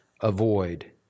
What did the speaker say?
avoid